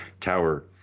Tower